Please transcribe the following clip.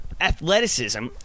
Athleticism